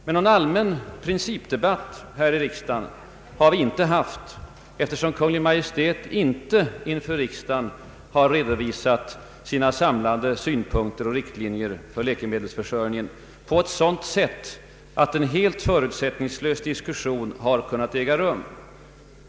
Men någon allmän principdebatt här i riksdagen har vi inte haft, eftersom Kungl. Maj:t inte inför riksdagen har redovisat sina samlade synpunkter och riktlinjer för läkemedelsförsörjningen på sådant sätt att en helt förutsättningslös diskussion har kunnat äga rum.